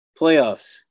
playoffs